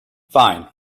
fine